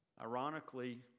ironically